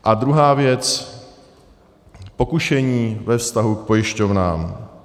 A druhá věc, pokušení ve vztahu k pojišťovnám.